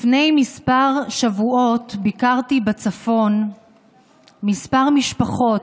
לפני כמה שבועות ביקרתי בצפון כמה משפחות,